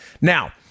Now